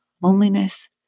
loneliness